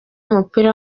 w’umupira